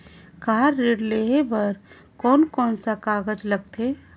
Car ऋण लेहे बार कोन कोन सा कागज़ लगथे?